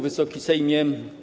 Wysoki Sejmie!